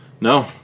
No